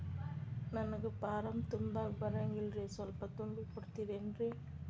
ನಂಗ ಫಾರಂ ತುಂಬಾಕ ಬರಂಗಿಲ್ರಿ ಸ್ವಲ್ಪ ತುಂಬಿ ಕೊಡ್ತಿರೇನ್ರಿ?